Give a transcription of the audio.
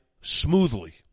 smoothly